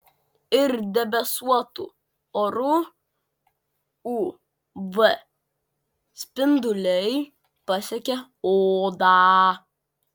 ir debesuotu oru uv spinduliai pasiekia odą